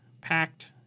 packed